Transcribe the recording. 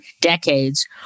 decades